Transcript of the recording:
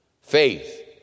Faith